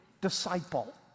disciple